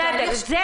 את זה הבנתי.